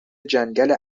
جنگل